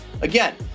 again